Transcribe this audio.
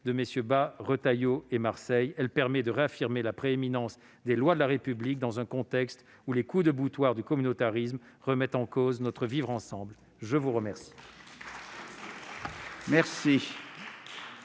de MM. Bas, Retailleau et Marseille. Ce texte permet de réaffirmer la prééminence des lois de la République dans un contexte où les « coups de boutoir » du communautarisme remettent en cause notre vivre ensemble. La parole